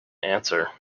answer